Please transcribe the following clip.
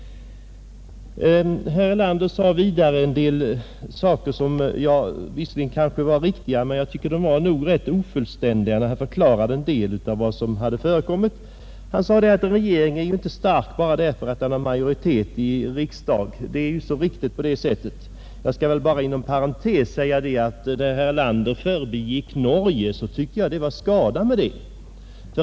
Herr Erlander sade vidare en del saker som kanske var riktiga, men jag tyckte ändå att vissa av hans förklaringar var ofullständiga. Han framhöll att en regering inte är stark bara därför att den har majoritet i riksdagen. Det är alldeles riktigt. Inom parentes vill jag bara säga att jag tyckte att det var synd att herr Erlander förbigick Norge.